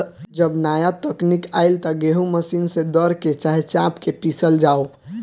जब नाया तकनीक आईल त गेहूँ मशीन से दर के, चाहे चाप के पिसल जाव